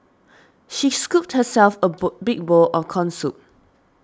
she scooped herself a bowl big bowl of Corn Soup